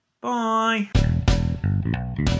bye